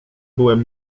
byłem